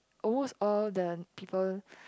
almost all the people